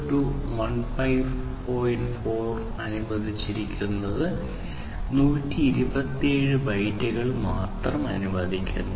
4 ഉം അനുവദിച്ചിരിക്കുന്നു 127 ബൈറ്റുകൾ മാത്രം അനുവദിക്കുന്നു